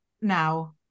now